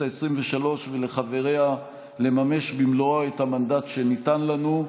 העשרים-ושלוש ולחבריה לממש במלואו את המנדט שניתן לנו.